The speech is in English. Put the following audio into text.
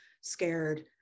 scared